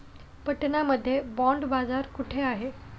पटना मध्ये बॉंड बाजार कुठे आहे?